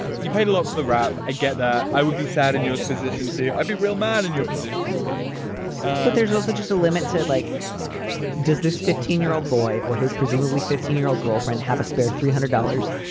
you paid a lot for the wrap. i get that. i would be sad in your position to be real man in your position, too but there's also just a limit. like does this fifteen year old boy or his presumably fifteen year old girlfriend have a spare three hundred dollars?